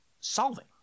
solving